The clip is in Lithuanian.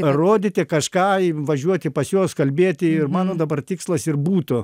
rodyti kažką važiuoti pas juos kalbėti ir mano dabar tikslas ir būtų